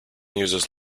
uses